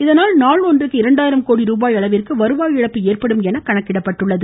இதனால் நாள் ஒன்றுக்கு இரண்டாயிரம் கோடி ரூபாய் அளவிற்கு வருவாய் இழப்பு ஏற்படும் என கணக்கிடப்பட்டுள்ளது